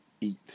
eat